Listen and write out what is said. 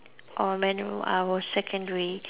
or when I was secondary